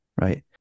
Right